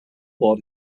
board